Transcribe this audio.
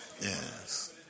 yes